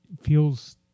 feels